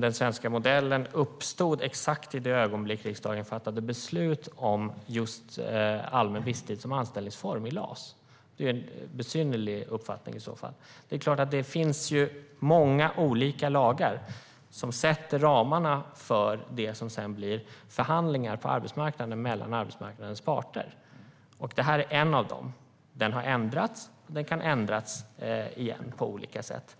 den svenska modellen uppstod exakt i det ögonblick riksdagen fattade beslut om just allmän visstid som anställningsform i LAS? Det är en besynnerlig uppfattning i så fall. Det finns många olika lagar som sätter ramarna för det som sedan blir förhandlingar på arbetsmarknaden mellan arbetsmarknadens parter. Detta är en av dem. Den har ändrats, och den kan ändras igen på olika sätt.